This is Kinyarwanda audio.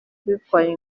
zitwaye